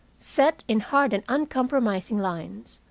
set in hard and uncompromising lines.